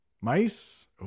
Mice